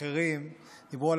ואחרים דיברו,